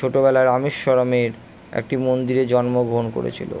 ছোটোবেলায় রামেশ্বরমের একটি মন্দিরে জন্মগ্রহণ করেছিলো